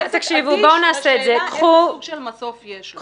השאלה איזה סוג של מסוף יש לו.